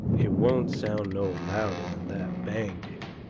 it won't sound no louder than that bang did.